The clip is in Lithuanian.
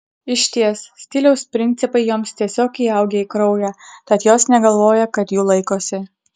išties stiliaus principai joms tiesiog įaugę į kraują tad jos negalvoja kad jų laikosi